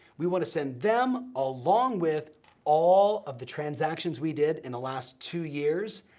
we wanna send them, along with all of the transactions we did in the last two years,